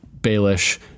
Baelish